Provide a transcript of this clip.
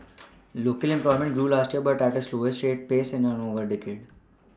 local employment grew last year but at the slowest pace in over a decade